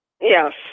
Yes